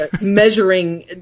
Measuring